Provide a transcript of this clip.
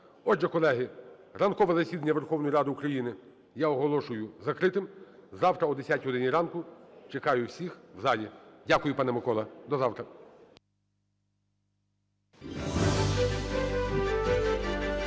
Отже, колеги, ранкове засідання Верховної Ради України я оголошую закритим. Завтра о 10 годині ранку чекаю всіх в залі. Дякую, пане Микола. До завтра.